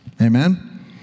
Amen